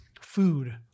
food